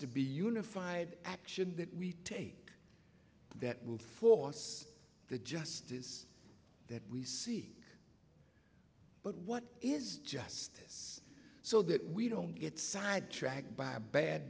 to be unified action that we take that will force the justice that we see but what is justice so that we don't get sidetracked by a bad